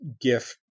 gift